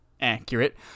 accurate